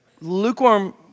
lukewarm